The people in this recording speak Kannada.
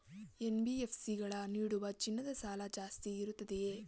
ಎನ್.ಬಿ.ಎಫ್.ಸಿ ಗಳು ನೀಡುವ ಚಿನ್ನದ ಸಾಲ ಜಾಸ್ತಿ ಇರುತ್ತದೆಯೇ?